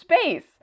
space